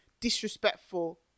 disrespectful